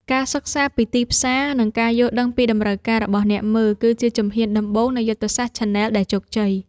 ការសិក្សាពីទីផ្សារ និងការយល់ដឹងពីតម្រូវការរបស់អ្នកមើល គឺជាជំហានដំបូងនៃយុទ្ធសាស្ត្រឆានែលដែលជោគជ័យ។